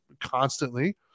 constantly